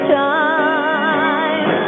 time